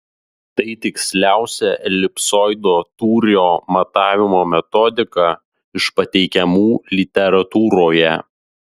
tai tiksliausia elipsoido tūrio matavimo metodika iš pateikiamų literatūroje